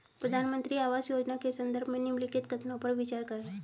प्रधानमंत्री आवास योजना के संदर्भ में निम्नलिखित कथनों पर विचार करें?